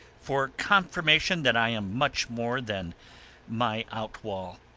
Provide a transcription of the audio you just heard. for confirmation that i am much more than my out wall,